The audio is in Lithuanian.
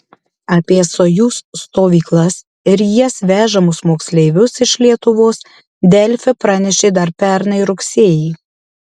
apie sojuz stovyklas ir į jas vežamus moksleivius iš lietuvos delfi pranešė dar pernai rugsėjį